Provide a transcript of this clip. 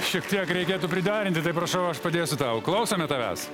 šiek tiek reikėtų priderinti taip prašau aš padėsiu tau klausome tavęs